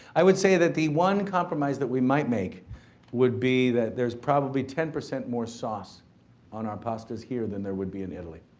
i would say that the one compromise that we might make would be that there's probably ten percent more sauce on our pastas here than there would be in italy.